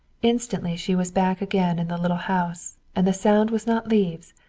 instantly she was back again in the little house, and the sound was not leaves,